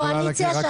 הקואליציה,